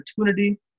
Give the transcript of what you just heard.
opportunity